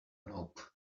nope